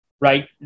Right